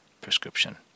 prescription